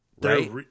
Right